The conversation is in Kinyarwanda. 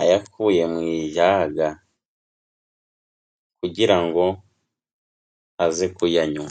ayakuye mu ijaga kugira ngo aze kuyanywa.